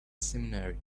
seminary